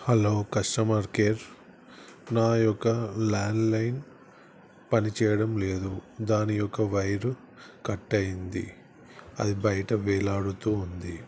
hello customer care నా యొక్క landline పనిచేయడం లేదు దాని యొక్క వైరు కట్ అయింది అది బయట వేలాడుతూ ఉంది